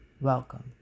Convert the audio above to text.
Welcome